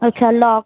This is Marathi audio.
अच्छा लॉ